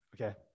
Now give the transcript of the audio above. okay